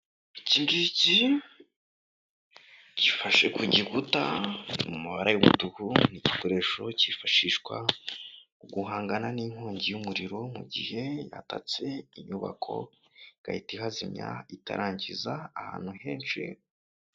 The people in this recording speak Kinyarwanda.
Iki ngiki gifashe ku gikuta, kiri mu mabara y'umutuku, ni igikoresho cyifashishwa mu guhangana n'inkongi y'umuriro, mu gihe yatatse inyubako igahita ihazimya itarangiza ahantu henshi.